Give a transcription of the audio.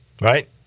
right